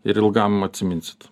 ir ilgam atsiminsit